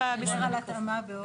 אבל אני רק דבר אחד מנסה לחשוב.